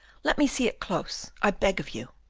let me see it close, i beg of you.